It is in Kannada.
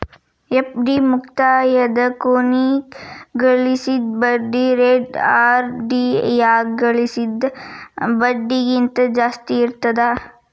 ಎಫ್.ಡಿ ಮುಕ್ತಾಯದ ಕೊನಿಗ್ ಗಳಿಸಿದ್ ಬಡ್ಡಿ ರೇಟ ಆರ್.ಡಿ ಯಾಗ ಗಳಿಸಿದ್ ಬಡ್ಡಿಗಿಂತ ಜಾಸ್ತಿ ಇರ್ತದಾ